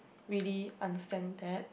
really understand that